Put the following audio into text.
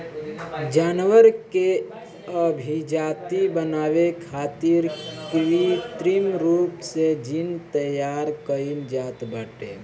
जानवर के अभिजाति बनावे खातिर कृत्रिम रूप से जीन तैयार कईल जात बाटे